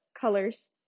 colors